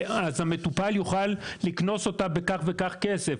המטופל יוכל לקנוס אותה בכך וכך כסף.